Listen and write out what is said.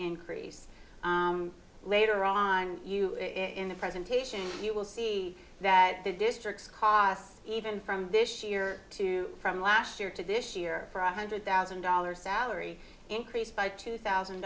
increase later on you in the presentation you will see that the districts cost even from this year to from last year to this year five hundred thousand dollars salary increase by two thousand